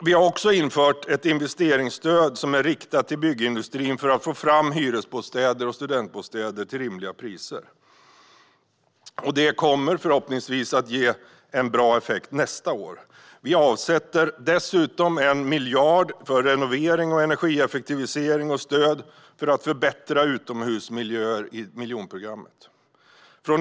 Vi har infört ett investeringsstöd som är riktat till byggindustrin för att få fram hyresbostäder och studentbostäder till rimliga priser. Detta kommer förhoppningsvis att ge en bra effekt nästa år. Vi avsätter dessutom 1 miljard för renovering, energieffektivisering och stöd för förbättring av utomhusmiljöer i miljonprogrammet.